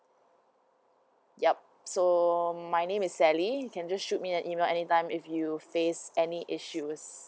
yup so my name is sally you can just shoot me an email anytime if you face any issues